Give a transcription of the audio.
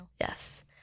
Yes